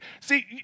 See